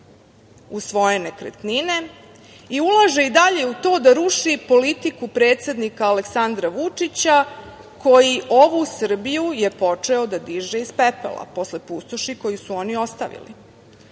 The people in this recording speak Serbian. u svoje nekretnine i ulaže i dalje u to da ruši politiku predsednika Aleksandra Vučića koji ovu Srbiju je počeo da diže iz pepela posle pustoši koju su oni ostavili. Sada